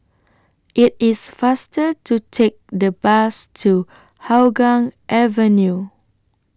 IT IS faster to Take The Bus to Hougang Avenue